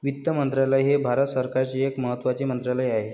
वित्त मंत्रालय हे भारत सरकारचे एक महत्त्वाचे मंत्रालय आहे